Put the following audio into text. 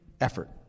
effort